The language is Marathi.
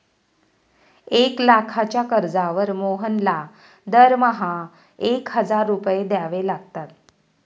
एक लाखाच्या कर्जावर मोहनला दरमहा एक हजार रुपये द्यावे लागतात